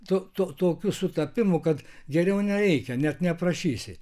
tu to tokių sutapimų kad geriau nereikia net neaprašysi